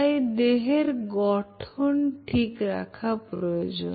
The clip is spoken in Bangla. তাই দেহের গঠন ঠিক রাখা প্রয়োজন